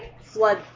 flood